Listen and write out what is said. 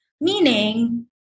Meaning